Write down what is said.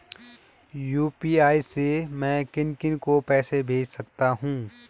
UPI से मैं किन किन को पैसे भेज सकता हूँ?